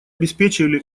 обеспечили